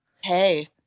hey